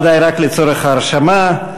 לצורך ההרשמה.